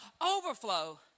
overflow